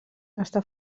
està